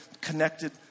connected